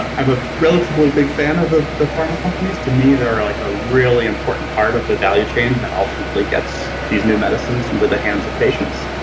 i'm a relatively big fan of the the pharma companies. to me, they're like a really important part of the value chain that ultimately gets these new medicines into the hands of patients.